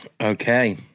Okay